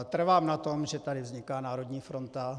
Trvám na tom, že tady vzniká národní fronta.